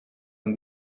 ngo